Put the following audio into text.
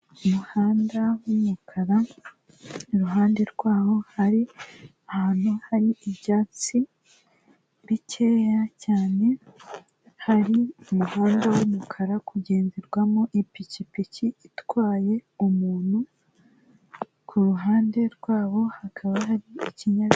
Umuhanda w'umukara iruhande rwaho hari ahantu hari ibyatsi bikeya cyane, hari umuhanda w' umukara uri kugenderwamo ipikipiki itwaye umuntu, ku ruhande rwawo hakaba hari ikinyabiziga.